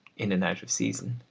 in and out of season,